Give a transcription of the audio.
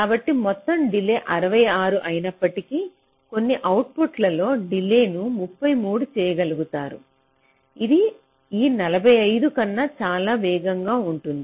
కాబట్టి మొత్తం డిలే 66 అయినప్పటికీ కొన్ని అవుట్పుట్లలో డిలే ను 33 చేయగలుగుతారు ఇది ఈ 45 కన్నా చాలా వేగంగా ఉంటుంది